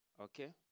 Okay